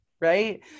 right